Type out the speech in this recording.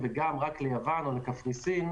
ופם אז רק ליוון או לקפריסין.